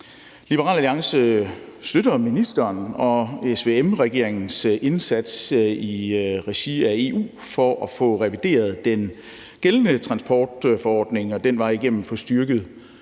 Liberal Alliance støtter ministeren og SVM-regeringens indsats i regi af EU for at få revideret den gældende transportforordning og ad den vej at få styrket